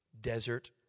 desert